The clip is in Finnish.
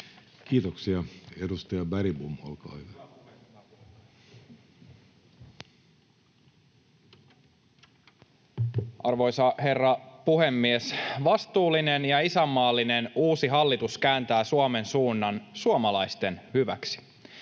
Kiitoksia. — Edustaja Bergbom, olkaa hyvä. Arvoisa herra puhemies! Vastuullinen ja isänmaallinen uusi hallitus kääntää Suomen suunnan suomalaisten hyväksi.